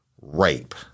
rape